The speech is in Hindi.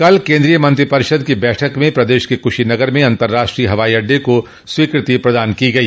कल मंत्रिपरिषद की बैठक में प्रदेश के कुशीनगर में अतंर्राष्ट्रीय हवाई अड्डे को स्वीकृति प्रदान की गई